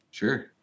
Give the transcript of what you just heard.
Sure